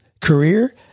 career